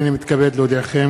הנני מתכבד להודיעכם,